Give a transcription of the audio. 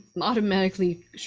automatically